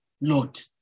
Lord